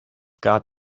got